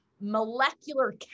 molecular